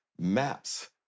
maps